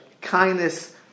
Kindness